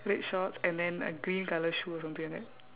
red shorts and then a green colour shoe or something like that